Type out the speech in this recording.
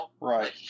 Right